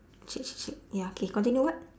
shake shake shake ya okay continue what